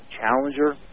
Challenger